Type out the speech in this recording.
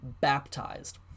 baptized